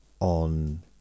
On